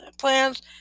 plans